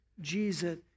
Jesus